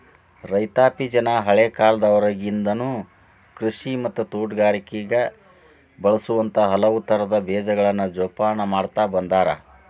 ರೈತಾಪಿಜನ ಹಳೇಕಾಲದಾಗಿಂದನು ಕೃಷಿ ಮತ್ತ ತೋಟಗಾರಿಕೆಗ ಬಳಸುವಂತ ಹಲವುತರದ ಬೇಜಗಳನ್ನ ಜೊಪಾನ ಮಾಡ್ತಾ ಬಂದಾರ